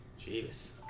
Jesus